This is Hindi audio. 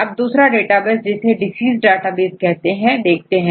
अब दूसरा डेटाबेस जिसे डिसीज डेटाबेस कहते हैं देखते हैं